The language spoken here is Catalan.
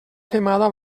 femada